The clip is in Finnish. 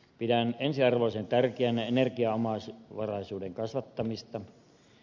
pidän ensiarvoisen tärkeänä energiaomavaraisuuden kasvattamista